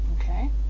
okay